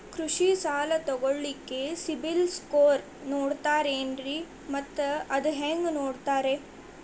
ಕೃಷಿ ಸಾಲ ತಗೋಳಿಕ್ಕೆ ಸಿಬಿಲ್ ಸ್ಕೋರ್ ನೋಡ್ತಾರೆ ಏನ್ರಿ ಮತ್ತ ಅದು ಹೆಂಗೆ ನೋಡ್ತಾರೇ?